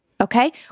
okay